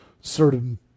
certain